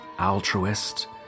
altruist